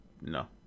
No